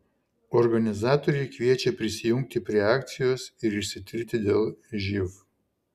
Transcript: organizatoriai kviečia prisijungti prie akcijos ir išsitirti dėl živ